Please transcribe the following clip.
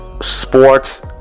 sports